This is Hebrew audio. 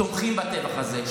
83% תומכים בטבח הזה.